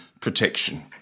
protection